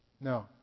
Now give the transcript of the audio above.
No